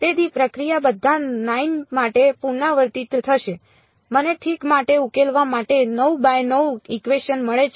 તેથી પ્રક્રિયા બધા 9 માટે પુનરાવર્તિત થશે મને ઠીક માટે ઉકેલવા માટે 9 બાય 9 ઇકવેશન મળે છે